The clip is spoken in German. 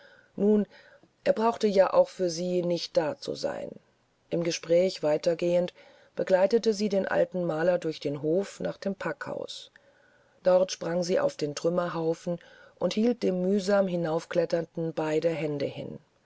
nun er brauchte ja auch für sie nicht da zu sein im gespräch weiter gehend begleitete sie den alten maler durch den hof nach dem packhaus dort sprang sie auf den trümmerhaufen und hielt dem mühsam hinaufkletternden helfend beide hände hin